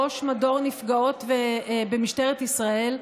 ראש מדור נפגעות במשטרת ישראל,